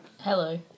Hello